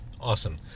Awesome